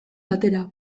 batera